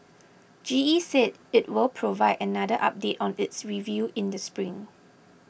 G E said it will provide another update on its review in the spring